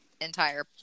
entire